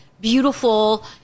beautiful